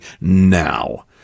now